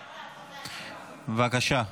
בבקשה,